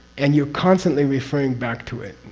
and you're constantly referring back to it.